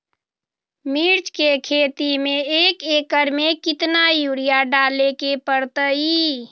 मिर्च के खेती में एक एकर में कितना यूरिया डाले के परतई?